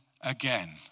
again